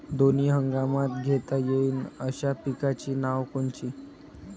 दोनी हंगामात घेता येईन अशा पिकाइची नावं कोनची?